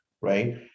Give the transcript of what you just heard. right